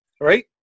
right